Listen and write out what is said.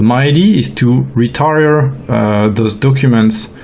my id is to retire those documents,